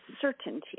certainty